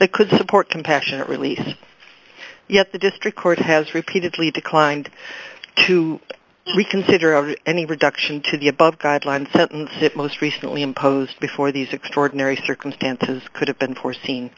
they could support compassionate release yet the district court has repeatedly declined to reconsider our any reduction to the above guidelines that most recently imposed before these extraordinary circumstances could have been foreseen